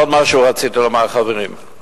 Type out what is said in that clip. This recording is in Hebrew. עוד משהו רציתי לומר, חברים.